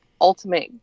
ultimate